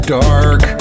dark